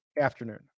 afternoon